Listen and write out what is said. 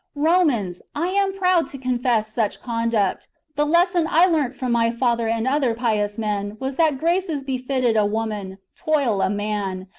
romans, i am proud to confess such conduct. the lesson i learnt from my father and other pious men was that graces befitted a woman, toil a man,